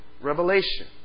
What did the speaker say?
revelation